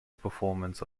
performance